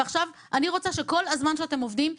אני רוצה שכל הזמן שאתם עובדים,